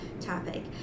topic